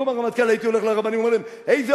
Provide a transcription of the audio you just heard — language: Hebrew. במקום הרמטכ"ל הייתי הולך לרבנים ואומר להם: איזה